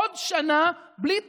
עוד שנה בלי תקציב.